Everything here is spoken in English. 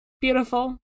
Beautiful